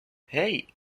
hey